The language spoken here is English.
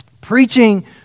preaching